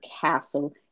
Castle